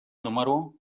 número